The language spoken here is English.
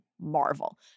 Marvel